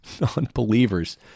non-believers